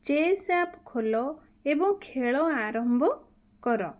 chess app ଖୋଲ ଏବଂ ଖେଳ ଆରମ୍ଭ କର